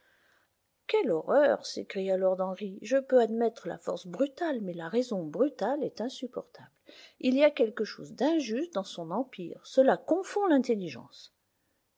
quelle horreur s'écria lord henry je peux admettre la force brutale mais la raison brutale est insupportable il y a quelque chose d'injuste dans son empire gela confond l'intelligence